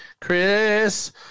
Chris